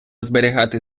зберігати